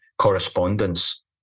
correspondence